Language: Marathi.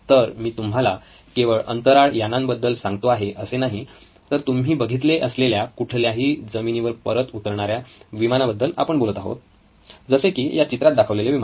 तर मी तुम्हाला केवळ अंतराळ यांनां बद्दल सांगतो आहे असे नाही तर तुम्ही बघितले असलेल्या कुठल्याही जमिनीवर परत उतरणाऱ्या विमाना बद्दल आपण बोलत आहोत जसे की या चित्रात दाखवलेले विमान